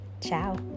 Ciao